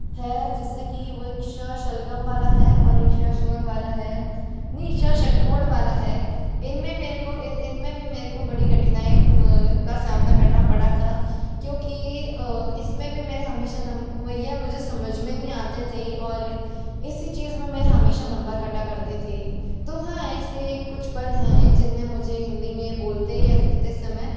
है जैसे कि वो एक श शलजम वाला है और एक श शोर वाला है नहीं ष षट्कोण वाला है इन में मेरे को इन में भी मेरे को बड़ी कठिनाई का सामना करना पड़ा था क्योंकि इस में भी मेरे हमेशा नम वही है मुझे समझ में नहीं आते थे और इसी चीज़ में मेरे हमेशा नम्बर काटा करते थे तो हाँ ऐसे कुछ पल हैं जिन में मुझे हिंदी में बोलते या लिखते समय